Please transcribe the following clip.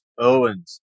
Owens